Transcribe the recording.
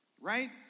right